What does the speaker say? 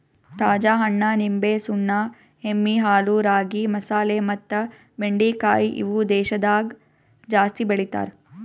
ತಾಜಾ ಹಣ್ಣ, ನಿಂಬೆ, ಸುಣ್ಣ, ಎಮ್ಮಿ ಹಾಲು, ರಾಗಿ, ಮಸಾಲೆ ಮತ್ತ ಬೆಂಡಿಕಾಯಿ ಇವು ದೇಶದಾಗ ಜಾಸ್ತಿ ಬೆಳಿತಾರ್